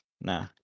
Nah